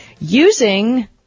Using